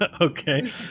Okay